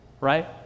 right